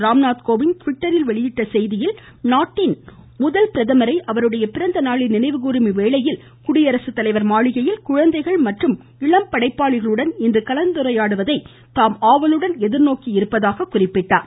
ராம்நாத்கோவிந்த் ட்விட்டரில் வெளியிட்டுள்ள செய்தியில் நாட்டின் முதல் பிரதமரை அவருடைய பிறந்தநாளில் நினைவுகூறும் இவ்வேளையில் குடியரசுத்தலைவர் மாளிகையில் குழந்தைகள் மற்றும் இளம் படைப்பாளிகளுடன் இன்று கலந்துரையாடுவதை ஆவலுடன் எதிர்நோக்கியிருப்பதாக குறிப்பிட்டார்